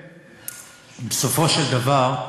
בסופו של דבר,